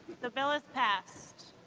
the bill is passed.